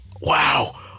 wow